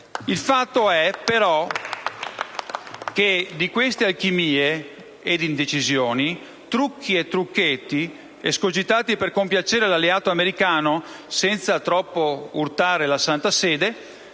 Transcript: Il fatto è però che di queste alchimie e indecisioni, trucchi e trucchetti escogitati per compiacere l'alleato americano, senza troppo urtare la Santa Sede,